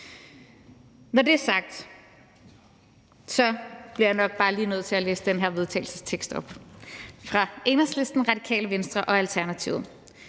Når det er sagt, bliver jeg nok bare lige nødt til at læse den her vedtagelsestekst fra Enhedslisten, Radikale Venstre og Alternativet